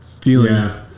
feelings